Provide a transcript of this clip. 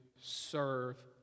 serve